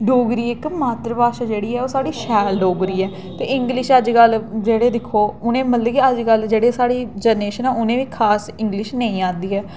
डोगरी इक मात्तर भाशा जेह्ड़ी ओह् साढ़ी शैल डोगरी ऐ ते इंग्लिश अजकल जेह्ड़े दिक्खे मतलब जेह्ड़ी अजकल खास साढ़ी